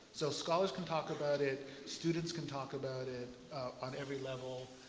so scholars can talk about it, students can talk about it on every level.